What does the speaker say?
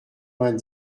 vingt